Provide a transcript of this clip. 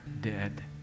dead